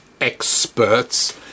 experts